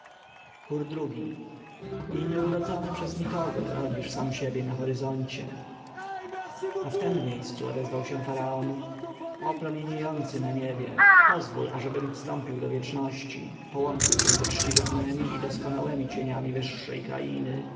i nieurodzony przez nikogo rodzisz sam siebie na horyzoncie a w tem miejscu odezwał się faraon o promieniejący na niebie pozwól ażebym wstąpił do wieczności połączył się ze czcigodnemi i doskonałemi cieniami wyższej krainy